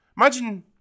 Imagine